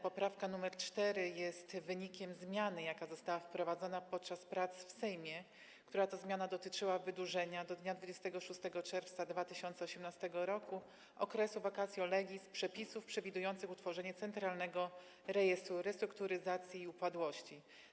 Poprawka nr 4 jest wynikiem zmiany, jaka została wprowadzona podczas prac w Sejmie, która to zmiana dotyczyła wydłużenia do dnia 26 czerwca 2018 r. okresu vacatio legis przepisów przewidujących utworzenie Centralnego Rejestru Restrukturyzacji i Upadłości.